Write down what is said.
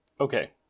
Okay